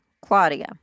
Claudia